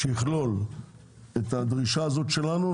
שיכלול את הדרישה הזו שלנו,